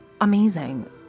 amazing